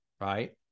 right